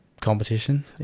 competition